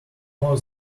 more